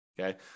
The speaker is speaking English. okay